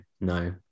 no